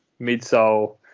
midsole